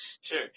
Sure